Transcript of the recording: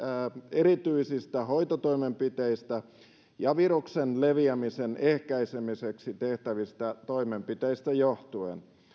erityisistä hoitotoimenpiteistä ja viruksen leviämisen ehkäisemiseksi tehtävistä toimenpiteistä johtuen